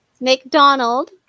mcdonald